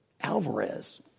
Alvarez